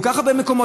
כל כך הרבה מקומות,